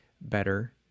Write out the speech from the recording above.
better